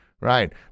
right